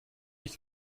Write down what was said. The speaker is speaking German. ich